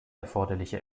erforderliche